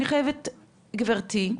גברתי,